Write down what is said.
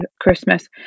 Christmas